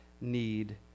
need